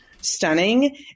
stunning